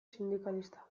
sindikalista